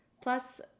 Plus